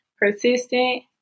persistent